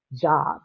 job